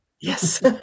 Yes